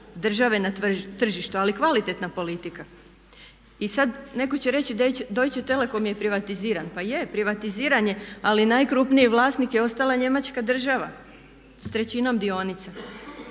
države na tržištu, ali kvalitetna politika. I sad netko će reći Deutsche telecom je privatiziran. Pa je, privatiziran je ali najkrupniji vlasnik je ostala njemačka država s trećinom dionica.